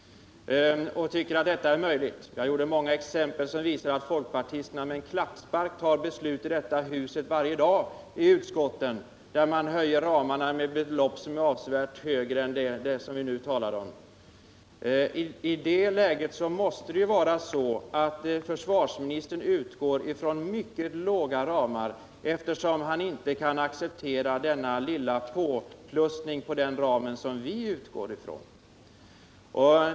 Vi tycker att detta är möjligt. Många exempel visar att folkpartisterna med en klackspark varje dag i detta hus fattar beslut i utskotten, där man höjer ramarna med belopp som är avsevärt högre än det vi nu talar om. Det måste då vara så att försvarsministern utgår från mycket låga ramar, eftersom han inte kan acceptera denna lilla påplussning på den ram som vi utgår ifrån.